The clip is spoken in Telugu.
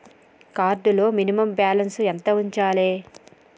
కార్డ్ లో మినిమమ్ బ్యాలెన్స్ ఎంత ఉంచాలే?